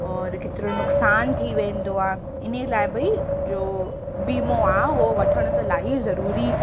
और केतिरो नुक़सानु थी वेंदो आहे हिन लाइ भई जो बीमो आहे उहो वठण त ईलाही ज़रूरी